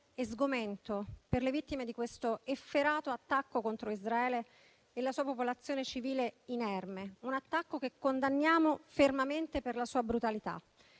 e sgomento per le vittime dell'efferato attacco contro Israele e la sua popolazione civile inerme; un attacco che condanniamo fermamente per la sua brutalità.